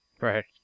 Right